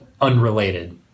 unrelated